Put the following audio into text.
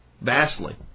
Vastly